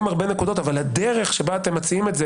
הרבה נקודות אבל האופן שבו אתם מציגים את הדברים,